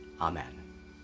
Amen